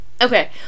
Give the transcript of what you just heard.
okay